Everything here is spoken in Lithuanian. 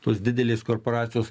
tos didelės korporacijos